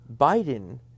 Biden